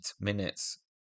minutes